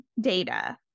data